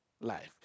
life